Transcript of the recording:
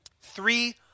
Three